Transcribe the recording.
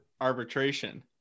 arbitration